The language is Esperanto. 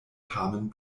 tamen